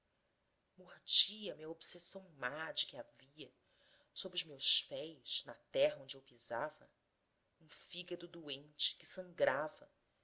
mordia me a obsessão má de que havia sob os meus pés na terra onde eu pisava um fígado doente que sangrava